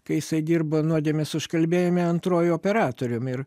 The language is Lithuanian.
kai jisai dirbo nuodėmės užkalbėjime antruoju operatorium ir